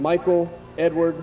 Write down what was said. michael edwards